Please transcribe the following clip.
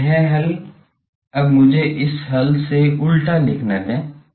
तो यह हल अब मुझे इस हल से उलटा लिखने दें